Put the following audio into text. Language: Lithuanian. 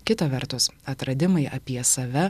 kita vertus atradimai apie save